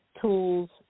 tools